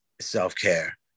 self-care